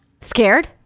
scared